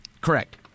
correct